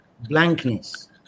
blankness